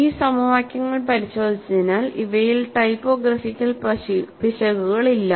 ഈ സമവാക്യങ്ങൾ പരിശോധിച്ചതിനാൽ ഇവയിൽ ടൈപ്പോഗ്രാഫിക്കൽ പിശകുകളില്ല